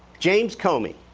james comey,